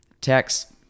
Text